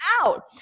out